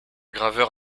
graveur